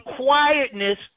quietness